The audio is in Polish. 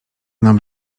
nam